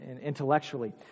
intellectually